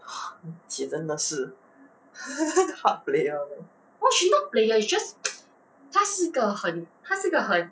!wah! 你姐真的是 heart player leh